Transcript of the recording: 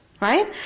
Right